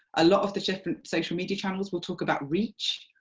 a lot of the different social media channels will talk about reach,